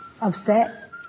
upset